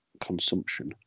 consumption